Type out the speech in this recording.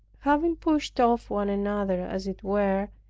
having pushed off one another, as it were,